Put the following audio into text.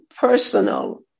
personal